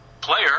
player